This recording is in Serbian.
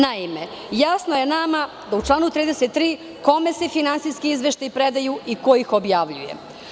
Naime, jasno je nama da u članu 33, kome se finansijski izveštaji predaju i ko ih objavljuje.